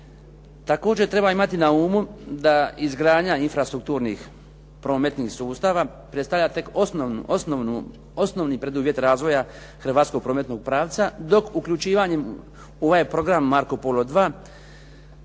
Također treba imati naumu da izgradnja infra-strukturnih prometnih sustava predstavlja tek osnovni preduvjet razvoja hrvatskog prometnog pravca, dok uključivanjem u ovaj program "Marco Polo